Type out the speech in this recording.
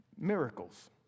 Miracles